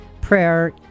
Prayer